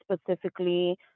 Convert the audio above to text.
specifically